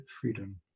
freedom